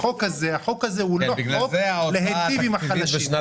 החוק הזה הוא לא חוק להיטיב עם החלשים.